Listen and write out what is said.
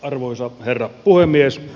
arvoisa herra puhemies